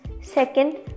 second